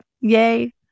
Yay